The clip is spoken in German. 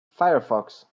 firefox